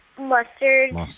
Mustard